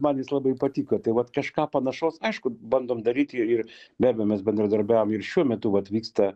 man jis labai patiko tai vat kažką panašaus aišku bandom daryti ir be abejo mes bendradarbiavom ir šiuo metu vat vyksta